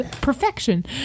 perfection